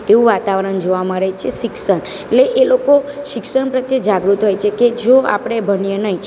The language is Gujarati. તેવું વાતાવરણ જોવા મળે છે શિક્ષણ એટલે એ લોકો શિક્ષણ પ્રત્યે જાગૃત હોય છે કે જો આપણે ભણીએ નહીં